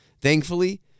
thankfully